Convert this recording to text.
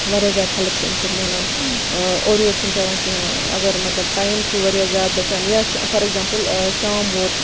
واریاہ زیاد ہیٚلپ چھِ امہِ سۭتۍ مِلان اورٕ یورٕ چھ نہٕ پیٚوان کینٛہہ اگر مَطلَب ٹایم چھُ واریاہ زیادٕ بَچان یا چھِ فار ایٚگزامپل شام ووت